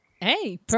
Hey